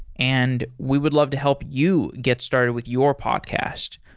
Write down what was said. and we would love to help you get started with your podcast.